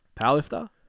powerlifter